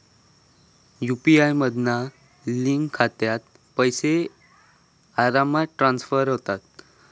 UPI मधना link खात्यात पैशे आरामात ट्रांसफर होतत